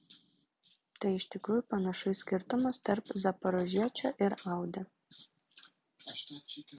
tai iš tikrųjų panašu į skirtumus tarp zaporožiečio ir audi